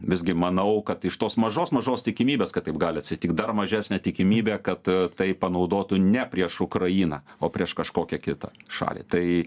visgi manau kad iš tos mažos mažos tikimybės kad taip gali atsitikt dar mažesnė tikimybė kad tai panaudotų ne prieš ukrainą o prieš kažkokią kitą šalį tai